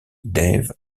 dave